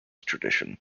tradition